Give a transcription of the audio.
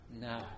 No